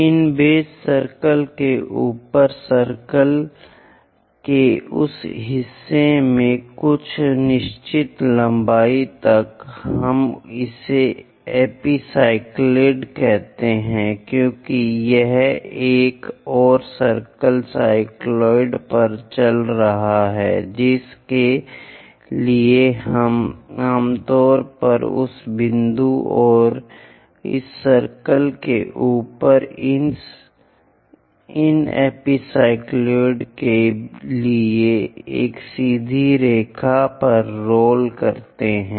इन base circle के ऊपर circle के उस हिस्से में कुछ निश्चित लंबाई तक हम इसे एपीसीक्लोइड कहते हैं क्योंकि यह एक और सर्कल साइक्लॉयड पर चल रहा है जिसके लिए हम आमतौर पर उस बिंदु और इस सर्कल के ऊपर इन एपीसीक्लोइड के लिए एक सीधी रेखा पर रोल करते हैं